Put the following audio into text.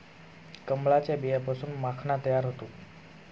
कमळाच्या बियांपासून माखणा तयार होतो